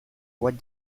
what